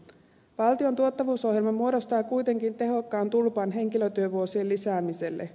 valtion tuottavuusohjelma muodostaa kuitenkin tehokkaan tulpan henkilötyövuosien lisäämiselle